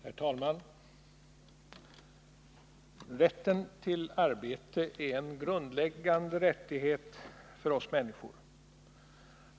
Herr talman! Rätten till arbete är en grundläggande rättighet för oss människor.